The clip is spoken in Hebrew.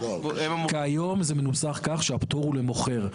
--- כיום זה מנוסח כך שהפטור הוא למוכר.